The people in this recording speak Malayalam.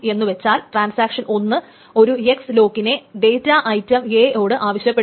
എന്നു വച്ചാൽ ട്രാൻസാക്ഷൻ T 1 ഒരു x ലോക്കിനെ ഡേറ്റാ ഐറ്റം a യോട് ആവശ്യപ്പെടുന്നു